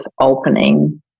opening